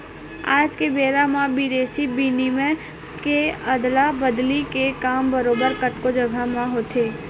आज के बेरा म बिदेसी बिनिमय के अदला बदली के काम बरोबर कतको जघा म होथे